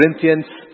Corinthians